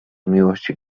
miłości